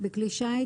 בכלי שיט,